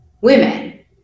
women